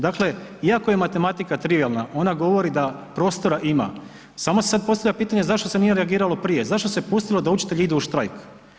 Dakle iako je matematika trialna ona govori da prostorna ima, samo se sada postavlja pitanje zašto se nije reagiralo prije, zašto se pustilo da učitelji idu u štrajk?